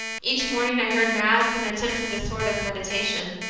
each morning i heard mass and attempted a sort of med itation.